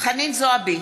חנין זועבי,